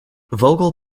vogel